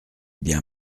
bien